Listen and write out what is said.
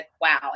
wow